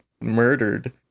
murdered